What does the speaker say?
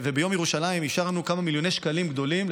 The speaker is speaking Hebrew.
ביום ירושלים אישרנו כמה מיליוני שקלים גדולים,